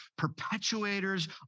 perpetuators